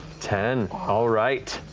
ten, all right.